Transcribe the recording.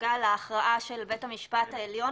בנוגע להכרעה של בית המשפט העליון